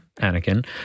Anakin